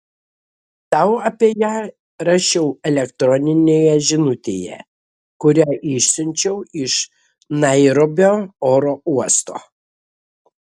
tau apie ją rašiau elektroninėje žinutėje kurią išsiunčiau iš nairobio oro uosto